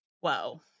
Whoa